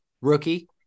rookie